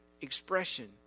expression